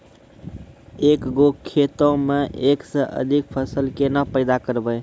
एक गो खेतो मे एक से अधिक फसल केना पैदा करबै?